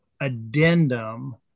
addendum